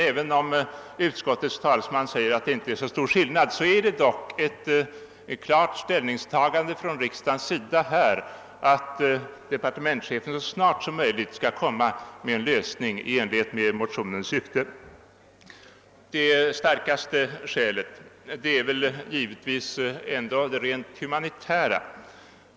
Även om utskottets talesman säger att det inte råder så stor skillnad i detta avseende, innebär ett bifall till reservationen ett klart ställningstagande av riksdagen att departementschefen så snart som möjligt skall föreslå en lösning i motionens syfte. Det starkaste skälet är väl givetvis det rent humanitära.